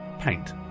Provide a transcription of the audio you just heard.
Paint